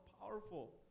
powerful